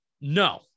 no